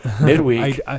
midweek